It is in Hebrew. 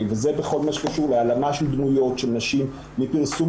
וזה בכל מה שקשור להעלמה של דמויות של נשים מפרסומים.